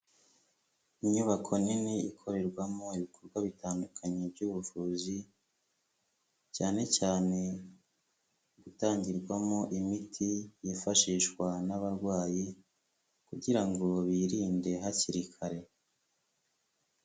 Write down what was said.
Inyubako nini, ikorerwamo ibikorwa bitandukanye by'ubuvuzi, cyane cyane itangirwamo imiti yifashishwa n'abarwayi, kugira ngo birinde hakiri kare.